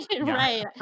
right